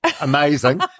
Amazing